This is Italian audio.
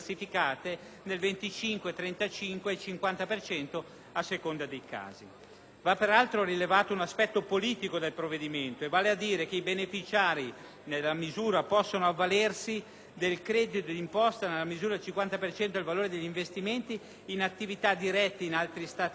e 50 per cento, a seconda dei casi). Va, peraltro, rilevato un aspetto "politico" del provvedimento, vale a dire che i beneficiari della misura possono avvalersi del «credito d'imposta nella misura del 50 per cento del valore degli investimenti in attività dirette in altri Stati membri